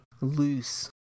loose